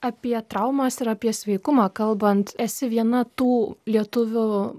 apie traumas ir apie sveikumą kalbant esi viena tų lietuvių